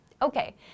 Okay